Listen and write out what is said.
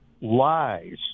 lies